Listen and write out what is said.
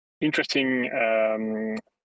interesting